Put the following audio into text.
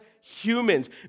humans